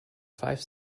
five